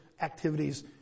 activities